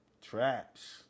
Traps